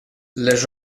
les